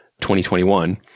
2021